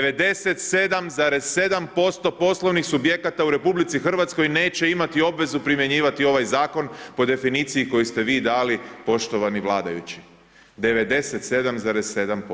97,7% poslovnih subjekata u RH neće imati obvezu primjenjivati ovaj Zakon po definiciji koju ste vi dali, poštovani vladajući, 97,7%